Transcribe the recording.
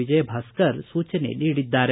ವಿಜಯ್ ಭಾಸ್ಕರ್ ಸೂಚನೆ ನೀಡಿದ್ದಾರೆ